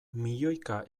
milioika